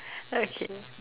okay